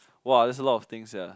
!wah! that's a lot of things sia